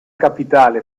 capitale